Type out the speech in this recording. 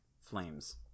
flames